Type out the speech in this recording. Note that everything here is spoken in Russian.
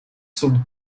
суд